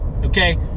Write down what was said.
Okay